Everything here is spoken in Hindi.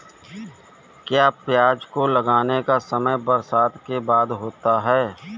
क्या प्याज को लगाने का समय बरसात के बाद होता है?